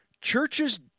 churches